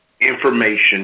information